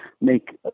make